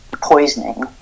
poisoning